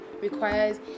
requires